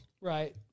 Right